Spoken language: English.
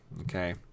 Okay